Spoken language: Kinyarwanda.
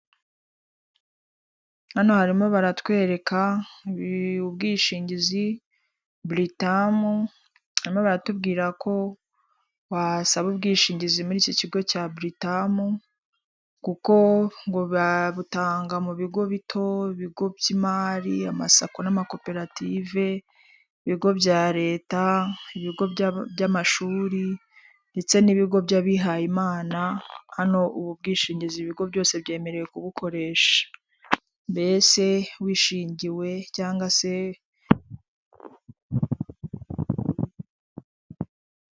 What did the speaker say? Hano harimo baratwereka ibi ubwishingizi buritamu, barimo baratubwira ko wasaba ubwishingizi muri iki kigo cya buritamu, kuko ngo babutanga mu bigo bito, ibigo by'imari, amasako, n'amakoperative, ibigo bya leta, ibigo by'amashuri, ndetse n'ibigo by'abihayimana hano ubu bwishingizi ibigo byose byemerewe kubukoresha, mbese wishingiwe cyanga se.